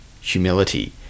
humility